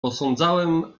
posądzałem